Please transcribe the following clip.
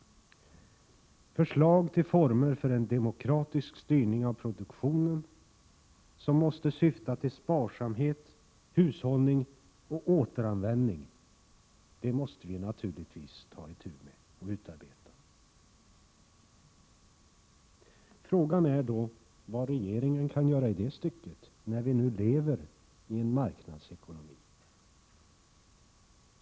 Förslag till sådana former för en demokratisk styrning av produktionen som måste syfta till sparsamhet, hushållning och återanvändning, måste vi naturligtvis ta itu med att utarbeta. Frågan är vad regeringen kan göra i det stycket, när vi nu lever i en marknadsekonomi.